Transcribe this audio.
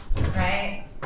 right